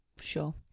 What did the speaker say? Sure